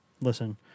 Listen